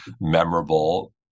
memorable